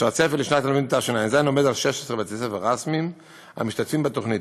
והצפי לשנת הלימודים תשע"ז הוא 16 בתי-ספר רשמיים המשתתפים בתוכנית.